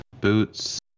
boots